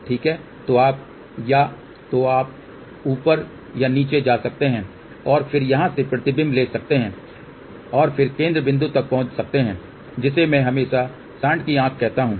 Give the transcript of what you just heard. ठीक है तो आप या तो ऊपर या नीचे जा सकते हैं और फिर यहां से प्रतिबिंब ले सकते हैं और फिर केंद्र बिंदु तक पहुंच सकते हैं जिसे मैं हमेशा सांड की आंख कहता हूं